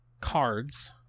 cards